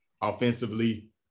offensively